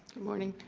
morning.